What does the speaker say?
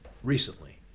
recently